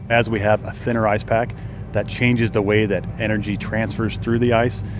as we have a thinner ice pack that changes the way that energy transfers through the ice,